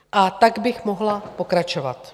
A tak bych mohla pokračovat.